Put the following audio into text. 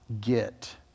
get